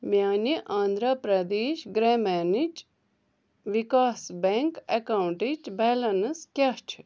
میٛانہِ آنٛدھرٛا پرٛدیش گرٛامیٖنٕچ وِکاس بیٚنٛک ایٚکاونٛٹٕچ بیلنٕس کیٛاہ چھِ